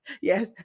Yes